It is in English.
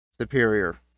superior